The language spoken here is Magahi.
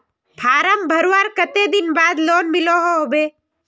फारम भरवार कते दिन बाद लोन मिलोहो होबे?